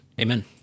Amen